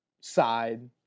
side